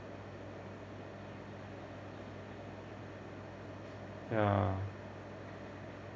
ya